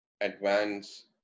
advance